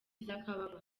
z’akababaro